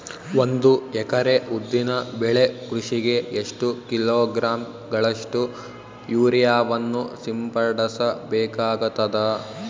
ಒಂದು ಎಕರೆ ಉದ್ದಿನ ಬೆಳೆ ಕೃಷಿಗೆ ಎಷ್ಟು ಕಿಲೋಗ್ರಾಂ ಗಳಷ್ಟು ಯೂರಿಯಾವನ್ನು ಸಿಂಪಡಸ ಬೇಕಾಗತದಾ?